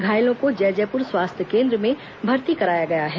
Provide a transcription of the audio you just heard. घायलों को जैजैपुर स्वास्थ्य केंद्र में भर्ती कराया गया है